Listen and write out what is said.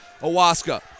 Awaska